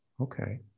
Okay